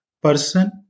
person